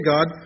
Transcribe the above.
God